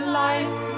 life